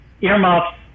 earmuffs